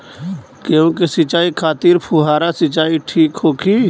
गेहूँ के सिंचाई खातिर फुहारा सिंचाई ठीक होखि?